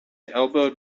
elbowed